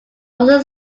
also